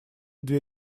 две